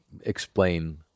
explain